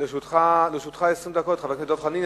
לרשותך 20 דקות, חבר הכנסת דב חנין.